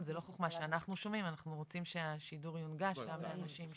שאנחנו מעוניינות ככה להתמקד בהן.